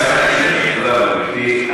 תודה רבה, גברתי.